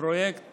בפרויקט